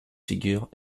figures